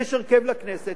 יש הרכב לכנסת,